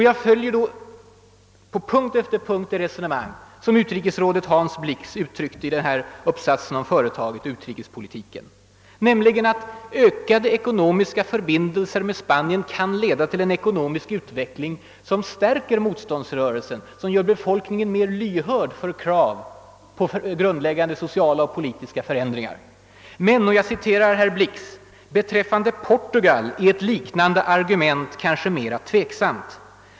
Jag följer här det resonemang som utrikesrådet Hans Blix uttryckte i uppsatsen om »Företaget och utrikespolitiken» nämligen att ökade ekonomiska förbindelser med Spanien kan leda till en ekonomisk utveckling som gör befolkningen mer lyhörd för krav på grundläggande sociala och politiska förändringar. Men — jag citerar herr Blix — »beträffande Portugal är ett liknande argument kanske mera tveksamt.